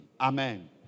Amen